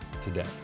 today